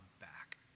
back